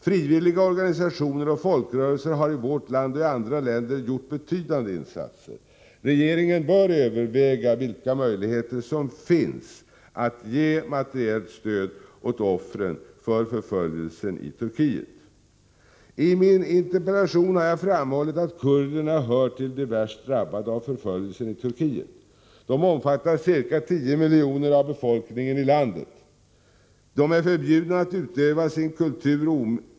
Frivilliga organisationer och folkrörelser har i vårt land och i andra länder gjort betydande insatser. Regeringen bör överväga vilka möjligheter som finns för att ge materiellt stöd åt offren för förföljelsen i Turkiet. I min interpellation har jag framhållit att kurderna hör till de värst drabbade av förföljelsen i Turkiet. De omfattar ca tio miljoner av befolkning enilandet. De är förbjudna att utöva sin kultur.